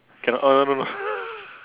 cannot uh no no no